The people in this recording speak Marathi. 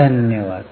धन्यवाद